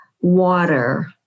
water